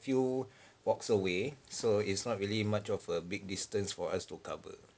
few walks away so it's not really much of a big distance for us to cover